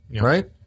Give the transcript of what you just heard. Right